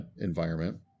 environment